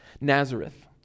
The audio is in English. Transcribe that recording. Nazareth